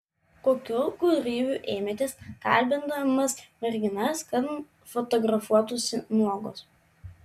kokių gudrybių ėmėtės kalbindamas merginas kad fotografuotųsi nuogos